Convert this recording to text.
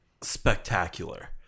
spectacular